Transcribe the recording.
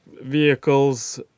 vehicles